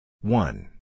one